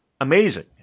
amazing